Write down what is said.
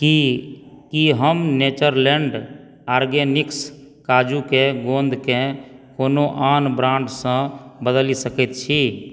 की हम Natureland Organics काजूकेँ गोंदकें कोनो आन ब्रान्डसँ बदलि सकैत छी